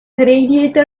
radiator